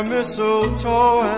Mistletoe